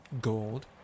gold